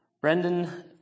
Brendan